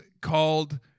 called